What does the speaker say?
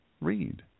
read